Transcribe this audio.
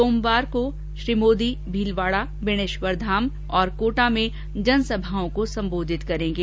सोमवार को श्री मोदी भीलवाड़ा बेणेश्वरधाम तथा कोटा में जनसभाओं को सम्बोधित करेंगे